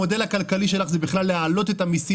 המודל הכלכלי שלך הוא להעלות את המסים